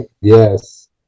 Yes